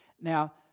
Now